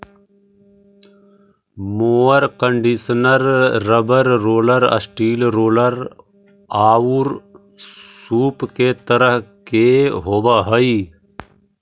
mower conditioner rubber roller, steel roller औउर सूप के तरह के होवऽ हई